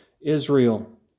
Israel